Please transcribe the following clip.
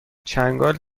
چنگال